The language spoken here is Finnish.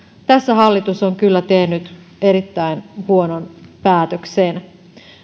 tässä hallitus on kyllä tehnyt erittäin huonon päätöksen